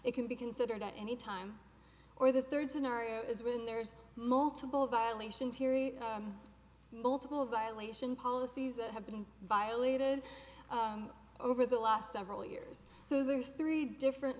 it can be considered at any time or the third scenario is when there's multiple violation teary multiple violation policies that have been violated over the last several years so there is three different